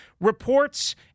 reports